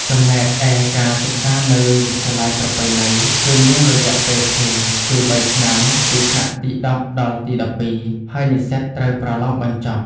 ចំណែកឯការសិក្សានៅ វិទ្យាល័យប្រពៃណី គឺមានរយៈពេលថេរ គឺបីឆ្នាំ (ពីថ្នាក់ទី១០ដល់ទី១២) ហើយនិស្សិតត្រូវប្រឡងបញ្ចប់។